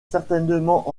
certainement